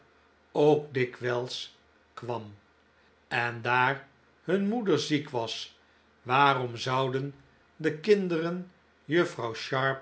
ook dikwijls kwam en daar hun moeder ziek was waarom zouden de kinderen